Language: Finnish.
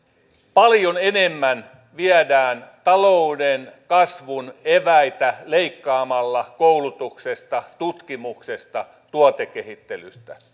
paljon enemmän viedään talouden kasvun eväitä leikkaamalla koulutuksesta tutkimuksesta tuotekehittelystä